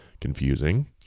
confusing